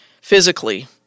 physically